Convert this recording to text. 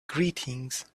greetings